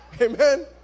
Amen